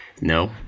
No